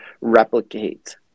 replicate